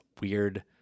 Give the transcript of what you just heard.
weird